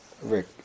Rick